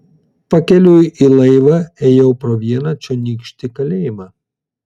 pakeliui į laivą ėjau pro vieną čionykštį kalėjimą